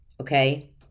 okay